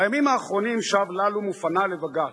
בימים האחרונים שב ללום ופנה לבג"ץ,